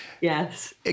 Yes